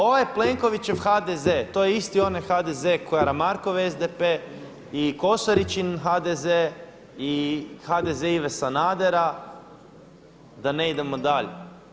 Ovaj Plenkovićev HDZ to je isti onaj HDZ Karamarkov i Kosoričin HDZ i HDZ Ive Sanadera, da ne idemo dalje.